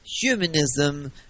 humanism